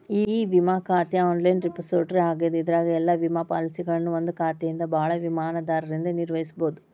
E ವಿಮಾ ಖಾತೆ online repository ಆಗ್ಯದ ಅದರಾಗ ಎಲ್ಲಾ ವಿಮಾ ಪಾಲಸಿಗಳನ್ನ ಒಂದಾ ಖಾತೆಯಿಂದ ಭಾಳ ವಿಮಾದಾರರಿಂದ ನಿರ್ವಹಿಸಬೋದು